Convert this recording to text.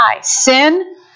sin